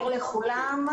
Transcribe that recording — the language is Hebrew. לכולם.